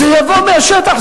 זה יבוא מהשטח,